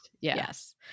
yes